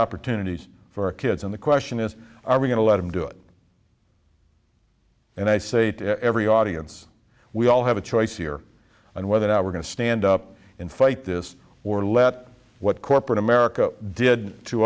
opportunities for kids and the question is are we going to let him do it and i say to every audience we all have a choice here and whether or not we're going to stand up and fight this or let what corporate america did to